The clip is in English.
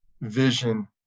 vision